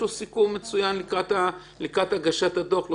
יהיה לו סיכום מצוין לקראת הגשת הדוח.